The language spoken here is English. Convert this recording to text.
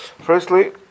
Firstly